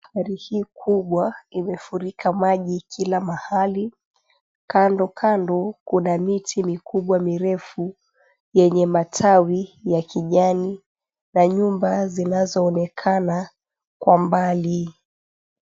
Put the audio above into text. Gari hii kubwa imefurika maji kila mahali. Kando kando kuna miti mikubwa mirefu yenye matawi ya kijani na nyumba zinazoonekana kwa mbali.